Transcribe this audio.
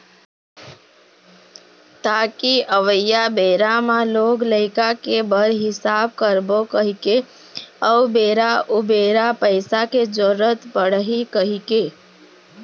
ताकि अवइया बेरा म लोग लइका के बर बिहाव करबो कहिके अउ बेरा उबेरा पइसा के जरुरत पड़ही कहिके